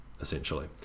essentially